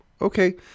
okay